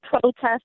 protest